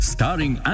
Starring